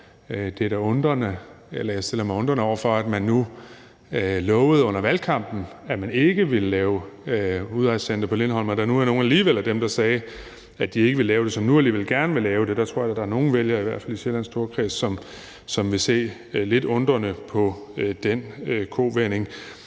stiller mig undrende over for, at man under valgkampen lovede, at man ikke ville lave et udrejsecenter på Lindholm, og at der nu er nogle af dem, der sagde, at de ikke ville lave det, som alligevel gerne vil lave det. Der tror jeg, at der er nogle vælgere, i hvert fald i Sjællands Storkreds, som vil se lidt undrende på den kovending.